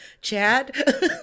Chad